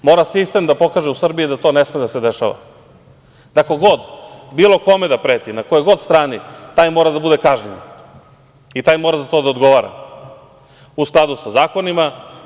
Mora sistem da pokaže u Srbiji da to ne sme da se dešava, da ko god, bilo kome da preti, na kojoj god strani, taj mora da bude kažnjen i taj mora za to da odgovara u skladu sa zakonima.